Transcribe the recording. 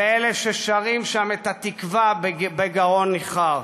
ואלה ששרים שם את "התקווה" בגרון ניחר.